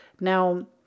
Now